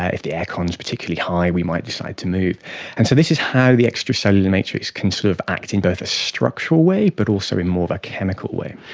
ah if the aircon um is particularly high we might decide to move. and so this is how the extracellular matrix can sort of act in both a structural way but also in more of a chemical way.